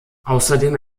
außerdem